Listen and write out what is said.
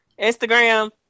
instagram